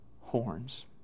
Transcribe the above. horns